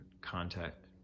contact